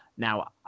Now